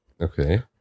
Okay